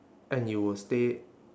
and you will stay